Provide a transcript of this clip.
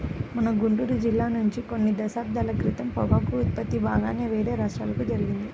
మన గుంటూరు జిల్లా నుంచి కొన్ని దశాబ్దాల క్రితం పొగాకు ఉత్పత్తి బాగానే వేరే రాష్ట్రాలకు జరిగింది